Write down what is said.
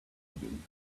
eating